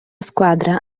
squadra